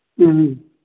ꯎꯝ